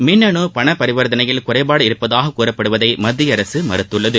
மின்னணு பணபரிவர்த்தனையில் குறைபாடு இருப்பதாக கூறப்படுவதை மத்திய அரசு மறுத்துள்ளது